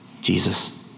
Jesus